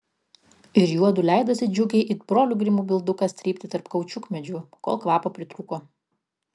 ir juodu leidosi džiugiai it brolių grimų bildukas trypti tarp kaučiukmedžių kol kvapo pritrūko